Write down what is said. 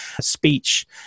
speech